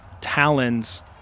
talons